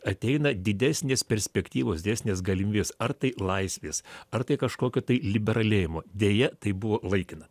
ateina didesnės perspektyvos desnės galimybės ar tai laisvės ar tai kažkokio tai liberalėjimo deja tai buvo laikina